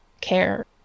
Care